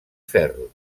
ferro